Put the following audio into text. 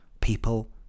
People